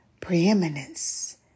preeminence